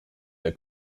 der